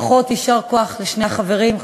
ברכות יישר כוח לשני החברים,